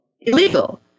illegal